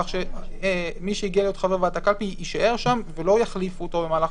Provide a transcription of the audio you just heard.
כך שמי שהגיע להיות חבר ועדת הקלפי יישאר שם ולא יחליפו אותו במהלך